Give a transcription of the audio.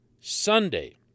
Sunday